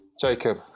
Jacob